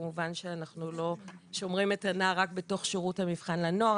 כמובן שאנחנו לא שומרים את הנער רק בתוך שירות המבחן לנוער.